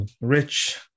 rich